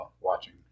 watching